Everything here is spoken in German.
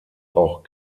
auch